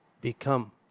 become